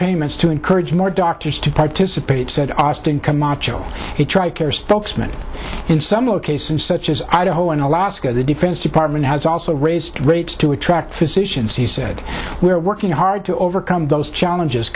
payments to encourage more doctors to participate said austin camacho he tri care spokesman in some locations such as i did hole in alaska the defense department has also raised rates to attract physicians he said we're working hard to overcome those challenges